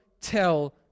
tell